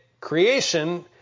creation